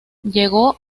llegó